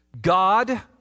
God